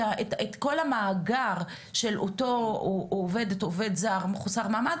את כל המאגר של אותו עובדת או עובד זר או מחוסר מעמד,